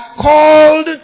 called